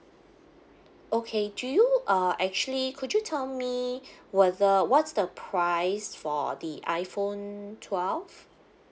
okay do you uh actually could you tell me whether what's the price for the iphone twelve